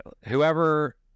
whoever